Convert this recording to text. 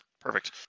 perfect